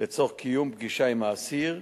לצורך קיום פגישה עם האסיר,